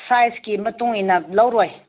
ꯁꯥꯏꯖꯀꯤ ꯃꯇꯨꯡ ꯏꯟꯅ ꯂꯧꯔꯣꯏ